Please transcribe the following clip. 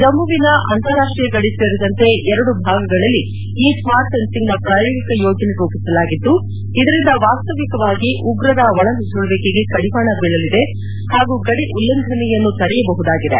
ಜಮ್ಮುವಿನ ಅಂತಾರಾಷ್ಷಿಯ ಗಡಿ ಸೇರಿದಂತೆ ಎರಡು ಭಾಗಗಳಲ್ಲಿ ಈ ಸ್ನಾರ್ಟ್ ಫೆನ್ಸಿಂಗ್ನ ಪ್ರಾಯೋಗಿಕ ಯೋಜನೆ ರೂಪಿಸಲಾಗಿದ್ದು ಇದರಿಂದ ವಾಸ್ತವಿಕವಾಗಿ ಉಗ್ರರ ನುಸುಳುವಿಕೆಗೆ ಕಡಿವಾಣ ಬೀಳಲಿದೆ ಹಾಗೂ ಗಡಿ ಉಲ್ಲಂಘನೆಯನ್ನು ತಡೆಯಬಹುದಾಗಿದೆ